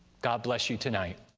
god bless you tonight.